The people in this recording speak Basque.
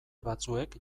batzuek